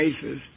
cases